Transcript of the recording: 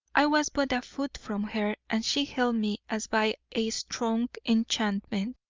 i was but a foot from her and she held me as by a strong enchantment.